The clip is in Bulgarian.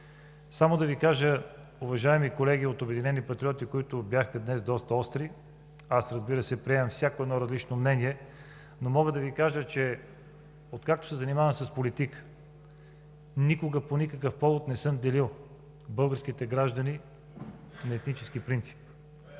Само да Ви кажа, уважаеми колеги от „Обединени патриоти“, които бяхте днес доста остри – аз, разбира се, приемам всяко едно различно мнение, но мога да Ви кажа, че откакто се занимавам с политика, никога по никакъв повод не съм делил българските граждани на етнически принцип.